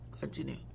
continue